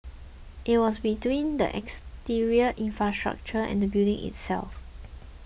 it was between the exterior infrastructure and the building itself